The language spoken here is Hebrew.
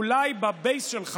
אולי בבייס שלך,